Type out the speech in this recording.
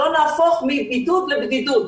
שלא נהפוך מבידוד לבדידות,